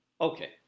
Okay